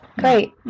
Great